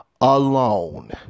alone